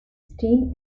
steam